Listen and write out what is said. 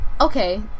okay